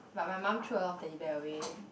but my mum threw a lot of Teddy Bear away